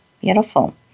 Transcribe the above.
Beautiful